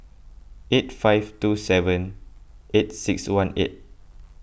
eight five two seven eight six one eight